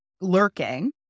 lurking